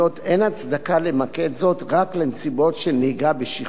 אין הצדקה למקד זאת רק לנסיבות של נהיגה בשכרות,